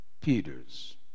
Peters